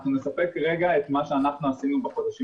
אנחנו נספק רגע את מה שאנחנו עשינו בחודשים